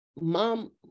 Mom